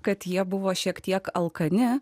kad jie buvo šiek tiek alkani